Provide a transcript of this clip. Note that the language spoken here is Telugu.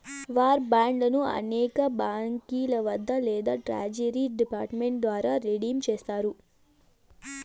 వార్ బాండ్లను అనేక బాంకీల వద్ద లేదా ట్రెజరీ డిపార్ట్ మెంట్ ద్వారా రిడీమ్ చేస్తారు